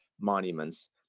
monuments